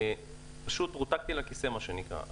רותקתי לכיסא, מה שנקרא.